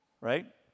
right